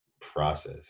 process